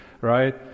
right